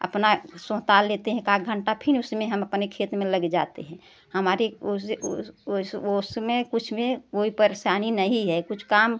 अपना सोहता लेते हैं एकाध घंटा फिन उसमें हम अपने खेत में लग जाते हैं हमारे उसे वो उसमें कुछ में कोई परेशानी नहीं है कुछ काम